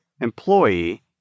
employee